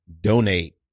donate